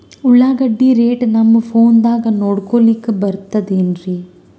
ಉಳ್ಳಾಗಡ್ಡಿ ರೇಟ್ ನಮ್ ಫೋನದಾಗ ನೋಡಕೊಲಿಕ ಬರತದೆನ್ರಿ?